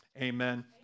Amen